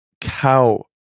cow